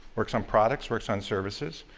works on products, works on services.